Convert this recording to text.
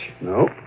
No